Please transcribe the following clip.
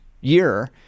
year